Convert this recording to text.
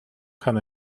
kann